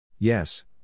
Yes